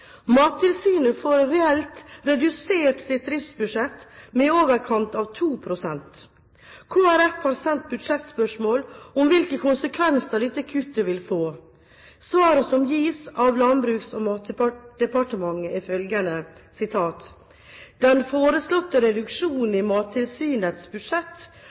Mattilsynet får reelt redusert sitt driftsbudsjett med i overkant av 2 pst. Kristelig Folkeparti har sendt budsjettspørsmål om hvilke konsekvenser dette kuttet vil få. Svaret som gis av Landbruks- og matdepartementet, er følgende: «Den foreslåtte